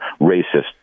racist